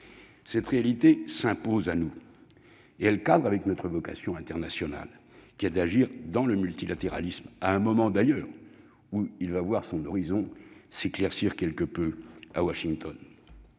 Cette réalité s'impose à nous et cadre avec notre vocation internationale, qui est d'agir dans le multilatéralisme, à un moment, d'ailleurs, où celui-ci va voir son horizon s'éclaircir quelque peu à Washington.